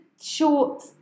short